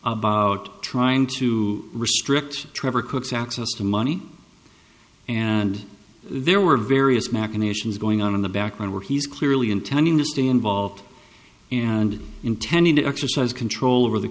about trying to restrict trevor cook's access to money and there were various machinations going on in the background where he's clearly intending to stay involved and intending to exercise control over the